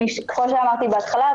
כמו שאמרתי בהתחלה,